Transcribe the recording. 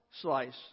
slice